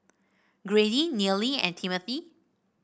Grady Neely and Timothy